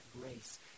grace